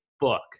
book